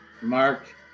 Mark